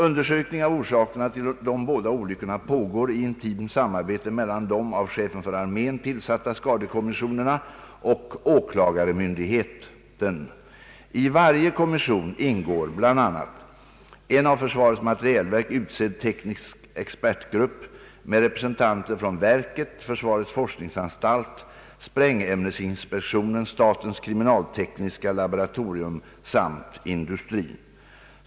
Undersökning av orsakerna till båda olyckorna pågår i intimt samarbete mellan de av chefen för armén tillsatta skadekommissionerna och åklagarmyndigheten. I varje kommission ingår bl.a. en av försvarets materielverk utsedd teknisk expertgrupp med representanter från verket, försvarets forskningsanstalt, sprängämnesinspektionen, statens kriminaltekniska laboratorium samt industrin.